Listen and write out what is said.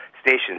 stations